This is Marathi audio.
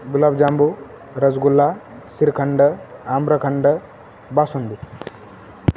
गुलाबजामुन रसगुल्ला श्रीखंड आम्रखंड बासुंदी